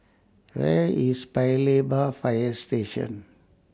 Where IS Paya Lebar Fire Station